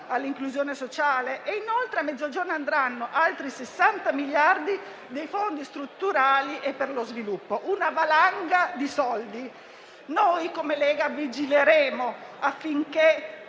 all'inclusione sociale. Inoltre, al Mezzogiorno andranno altri 60 miliardi dei fondi strutturali e per lo sviluppo. È una valanga di soldi. Noi come Lega vigileremo affinché